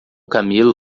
camelo